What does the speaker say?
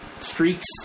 streaks